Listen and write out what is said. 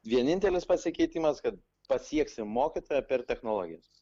vienintelis pasikeitimas kad pasieksim mokytoją per technologijas